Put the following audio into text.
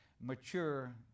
mature